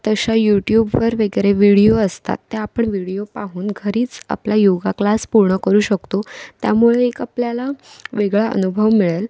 तशा यूट्यूबवर वगैरे व्हिडिओ असतात त्या आपण व्हिडिओ पाहून घरीच आपला योगा क्लास पूर्ण करू शकतो त्यामुळे एक आपल्याला वेगळा अनुभव मिळेल